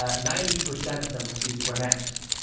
ah ninety percent of them refused to wear masks